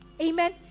Amen